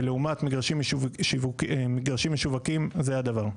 לעומת מגרשים משווקים, זה הדבר.